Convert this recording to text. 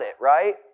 right